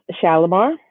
Shalimar